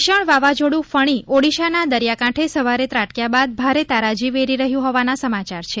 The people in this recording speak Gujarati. ભીષણ વાવાઝોડું ફણી ઓડિશાના દરિયાકાંઠે સવારે ત્રાટકયા બાદ ભારે તારાજી વેરી રહ્યું હોવાના સમાચાર છે